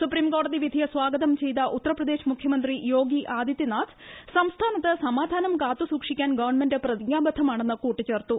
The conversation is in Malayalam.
സുപ്രീംകോടതി വിധിയെ സ്വാഗതം ചെയ്ത ഉത്തർപ്രദേശ് മുഖ്യമന്ത്രി യോഗി ആദിത്യനാഥ് സംസ്ഥാനത്ത് സമാധാനം കാത്തു സൂക്ഷിക്കാൻ ഗവൺമെന്റ് പ്രതിജ്ഞാബദ്ധമാണെന്ന് കൂട്ടിച്ചേർത്തു